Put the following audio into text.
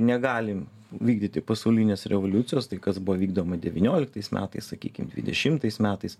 negalim vykdyti pasaulinės revoliucijos tai kas buvo vykdoma devynioliktais metais sakykim dvidešimtais metais